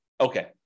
okay